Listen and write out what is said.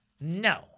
no